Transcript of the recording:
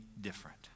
different